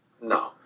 No